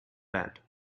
bed